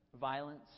violence